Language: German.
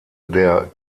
der